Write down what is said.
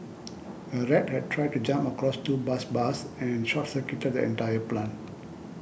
a rat had tried to jump across two bus bars and short circuited the entire plant